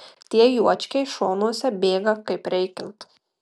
tie juočkiai šonuose bėga kaip reikiant